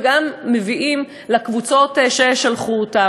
וגם מביאים לקבוצות ששלחו אותם.